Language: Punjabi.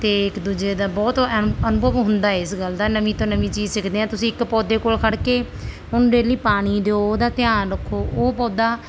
ਅਤੇ ਇੱਕ ਦੂਜੇ ਦਾ ਐਂ ਬਹੁਤ ਅਨੁਭਵ ਹੁੰਦਾ ਇਸ ਗੱਲ ਦਾ ਨਵੀਂ ਤੋਂ ਨਵੀਂ ਚੀਜ਼ ਸਿੱਖਦੇ ਹਾਂ ਤੁਸੀਂ ਇੱਕ ਪੌਦੇ ਕੋਲ ਖੜ੍ਹ ਕੇ ਉਹਨੂੰ ਡੇਲੀ ਪਾਣੀ ਦਿਓ ਉਹਦਾ ਧਿਆਨ ਰੱਖੋ ਉਹ ਪੌਦਾ